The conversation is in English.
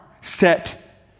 set